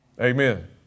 Amen